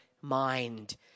mind